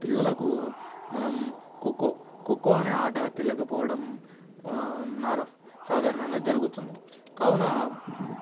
పిల్లలకు మనం ఖోఖో ఖోఖో అనే ఆట తెలియకపోవడం సాధారణంగా జరుగుతుంది కావున